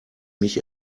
mich